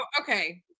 Okay